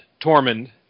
Tormund